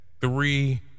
three